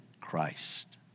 Christ